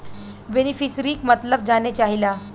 बेनिफिसरीक मतलब जाने चाहीला?